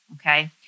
okay